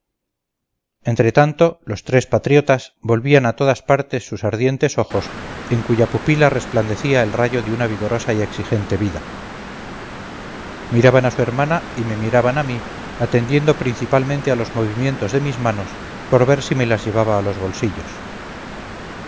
entre tanto los tres patriotas volvían a todas partes sus ardientes ojos en cuya pupila resplandecía el rayo de una vigorosa y exigente vida miraban a su hermana y me miraban a mí atendiendo principalmente a los movimientos de mis manos por ver si me las llevaba a los bolsillos